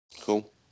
Cool